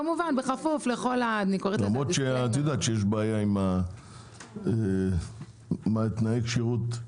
כמובן בכפוף לכל --- למרות שאת יודעת שיש בעיה עם תנאי כשירות.